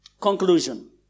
Conclusion